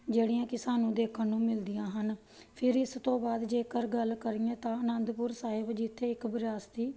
ਜਿਹੜੀਆਂ ਕਿ ਸਾਨੂੰ ਦੇਖਣ ਨੂੰ ਮਿਲਦੀਆਂ ਹਨ ਫਿਰ ਇਸ ਤੋਂ ਬਾਅਦ ਜੇਕਰ ਗੱਲ ਕਰੀਏ ਤਾਂ ਅਨੰਦਪੁਰ ਸਾਹਿਬ ਜਿੱਥੇ ਇੱਕ ਵਿਰਾਸਤੀ